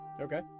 Okay